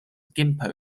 gimpo